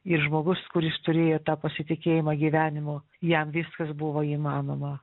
ir žmogus kuris turėjo tą pasitikėjimą gyvenimu jam viskas buvo įmanoma